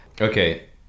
okay